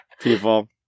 people